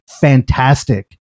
fantastic